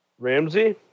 Ramsey